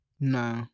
no